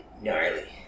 Gnarly